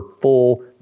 full